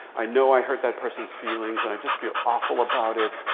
i know i hurt that person's feelings, and i just feel awful about it.